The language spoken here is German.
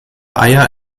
eier